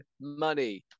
money